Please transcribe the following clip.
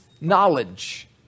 knowledge